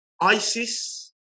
ISIS